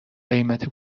قیمت